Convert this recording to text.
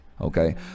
okay